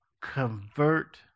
convert